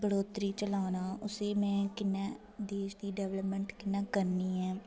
बढ़ौतरी च लाना उसी में कि'न्ने देश दी डवेलपमेंट कि'यां करनी ऐ